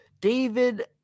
David